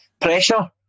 pressure